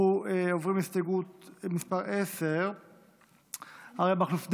אנחנו עוברים להסתייגות מס' 10. אריה מכלוף דרעי,